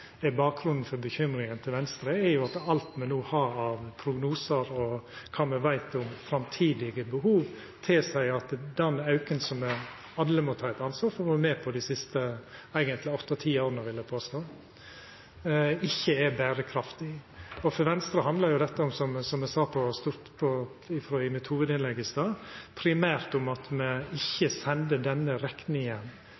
bakgrunnen for uroa til Venstre, er at alt me no har av prognosar, og det me veit om framtidige behov, tilseier at den auken som alle må ta eit ansvar for å ha vore med på dei siste åtte–ti åra, vil eg påstå, ikkje er berekraftig. For Venstre handlar jo dette, som eg sa i hovudinnlegget mitt, primært om at me ikkje skal senda denne rekninga framfor oss, til generasjonane etter oss, og at det er dei som sit igjen med den oljepengebruken som me